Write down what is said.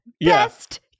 Best